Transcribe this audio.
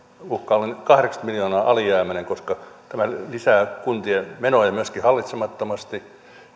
uhkaa olla kahdeksankymmentä miljoonaa alijäämäinen koska tämä lisää kuntien menoja myöskin hallitsemattomasti